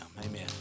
Amen